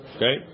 Okay